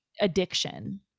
addiction